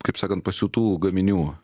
kaip sakant pasiūtų gaminių